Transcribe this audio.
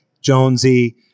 Jonesy